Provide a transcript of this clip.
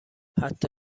حتی